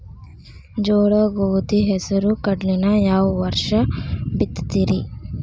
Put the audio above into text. ಜೋಳ, ಗೋಧಿ, ಹೆಸರು, ಕಡ್ಲಿನ ಯಾವ ವರ್ಷ ಬಿತ್ತತಿರಿ?